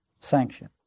sanction